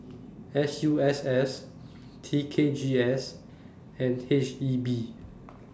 S U S S T K G S and H E B